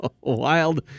wild